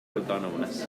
autònomes